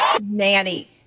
Nanny